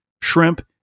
shrimp